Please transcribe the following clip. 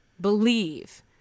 believe